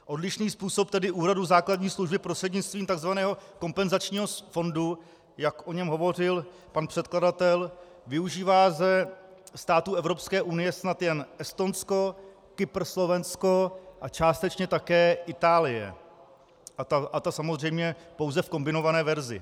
Odlišný způsob tedy úhradu základní služby prostřednictvím tzv. kompenzačního fondu, jak o něm hovořil pan předkladatel, využívá ze států Evropské unie snad jen Estonsko, Kypr, Slovensko a částečně také Itálie, a ta samozřejmě pouze v kombinované verzi.